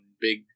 big